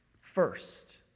first